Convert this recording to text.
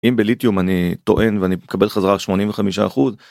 אם בליטיום אני טוען ואני מקבל חזרה 85 אחוז.